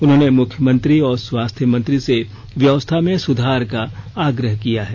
उन्होंने मुख्यमंत्री और स्वास्थ्य मंत्री से व्यवस्था में सुधार का आग्रह किया है